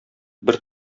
бер